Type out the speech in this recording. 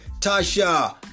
Tasha